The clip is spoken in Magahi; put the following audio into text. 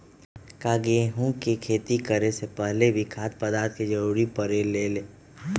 का गेहूं के खेती करे से पहले भी खाद्य पदार्थ के जरूरी परे ले?